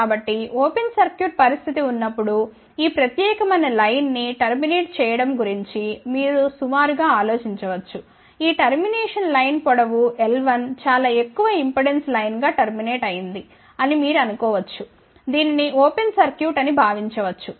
కాబట్టి open circuit పరిస్థితి ఉన్నప్పుడు ఈ ప్రత్యేకమైన లైన్ ని టర్మినేట్ చేయడం గురించి మీరు సుమారుగా ఆలోచించవచ్చు ఈ ట్రాన్స్మిషన్ లైన్ పొడవు l1 చాలా ఎక్కువ ఇంపెడెన్స్ లైన్ గా టర్మినేట్ అయింది అని మీరు అనుకో వచ్చు దీనిని ఓపెన్ సర్క్యూట్ అని భావించ వచ్చు